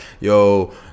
Yo